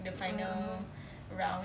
mm mmhmm